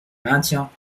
maintiens